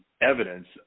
evidence